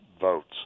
votes